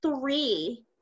three